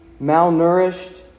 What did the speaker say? malnourished